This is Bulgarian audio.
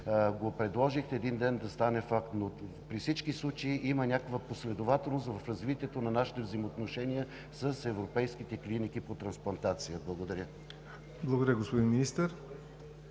Вие предложихте, един ден да стане факт, но при всички случаи има някаква последователност в развитието на нашите взаимоотношения с европейските клиники по трансплантация. Благодаря. ПРЕДСЕДАТЕЛ ЯВОР НОТЕВ: Благодаря, господин Министър.